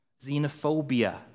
xenophobia